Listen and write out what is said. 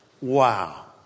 Wow